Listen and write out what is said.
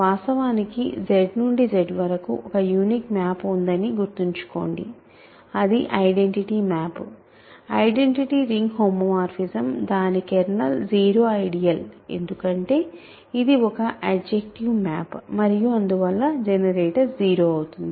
వాస్తవానికి Z నుండి Z వరకు ఒక యునీక్ మ్యాప్ ఉందని గుర్తుంచుకోండి అది identity map identity ring homomorphism దాని కెర్నల్ జీరో ఐడియల్ ఎందుకంటే ఇది ఒక అడ్జెక్టివ్ మ్యాప్ మరియు అందువల్ల జనరేటర్ 0 అవుతుంది